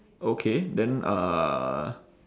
okay then uh